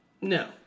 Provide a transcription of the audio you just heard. No